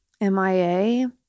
MIA